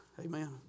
Amen